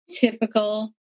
typical